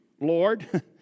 Lord